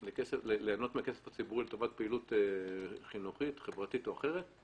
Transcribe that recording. ליהנות מהכסף הציבורי לטובת פעילות חינוכית חברתית או אחרת,